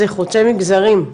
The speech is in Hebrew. זה חוצה מגזרים,